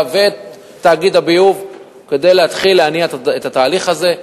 ואת תאגיד הביוב כדי להתחיל להניע את התהליך הזה.